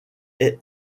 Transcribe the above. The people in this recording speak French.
est